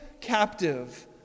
captive